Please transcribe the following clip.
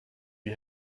you